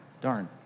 darn